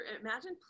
imagine